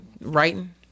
writing